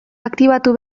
aktibatu